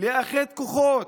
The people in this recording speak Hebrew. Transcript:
לאחד כוחות,